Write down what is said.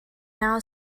now